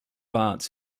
arts